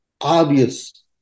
obvious